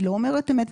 היא לא אומרת אמת,